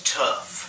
tough